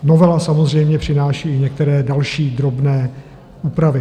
Novela samozřejmě přináší i některé další drobné úpravy.